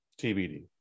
TBD